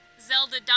Zelda